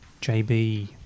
JB